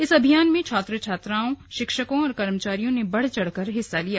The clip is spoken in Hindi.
इस अभियान में छात्र छात्राओं शिक्षको और कर्मचारियों ने बढ़ चढ़कर हिस्सा लिया